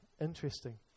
interesting